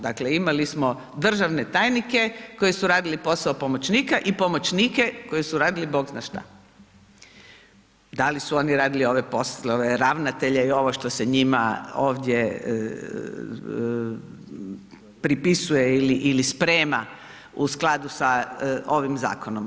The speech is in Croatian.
Dakle, imali smo državne tajnike koji su radili posao pomoćnika i pomoćnike koji su radili Bog zna šta, da li su oni radili ove poslove ravnatelja i ovo što se njima ovdje pripisuje ili sprema u skladu sa ovim zakonom.